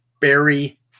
barry